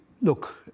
Look